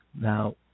Now